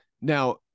Now